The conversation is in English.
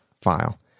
file